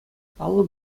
паллӑ